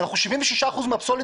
76 אחוזים מהפסולת